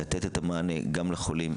לתת את המענה לחולים,